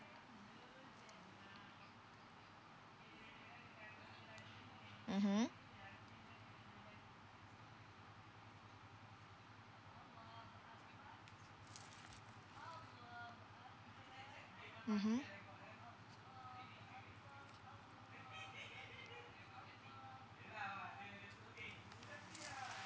mmhmm mmhmm